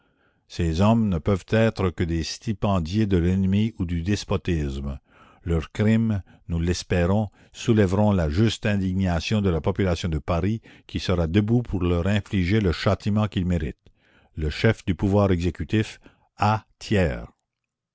ces hommes ne peuvent être que des stipendiés de l'ennemi ou du despotisme leurs crimes nous l'espérons soulèveront la juste indignation de la population de paris qui sera debout pour leur infliger le châtiment qu'ils méritent le chef du pouvoir exécutif la